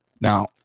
Now